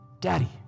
daddy